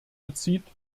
bezieht